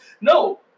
No